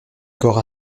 corps